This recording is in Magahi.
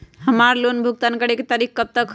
हमार लोन भुगतान करे के तारीख कब तक के हई?